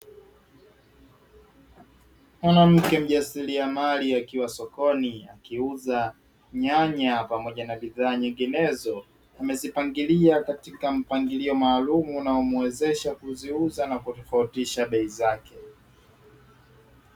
Mwana mke mjasiriamali akiwa sokoni akiuza nyanya pamoja na bidhaa nyinginezo wamezipangilia katika mpangilio maalumu unaomuezesha kuziuza na kutofautisha bei zake.